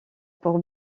pour